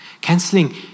Cancelling